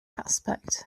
aspect